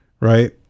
Right